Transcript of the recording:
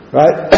right